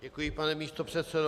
Děkuji, pane místopředsedo.